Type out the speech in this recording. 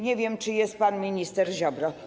Nie wiem, czy jest pan minister Ziobro.